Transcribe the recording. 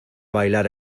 bailar